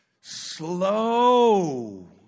Slow